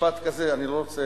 משפט כזה, אני לא רוצה